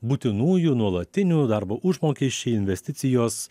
būtinųjų nuolatinių darbo užmokesčiai investicijos